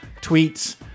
tweets